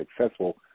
successful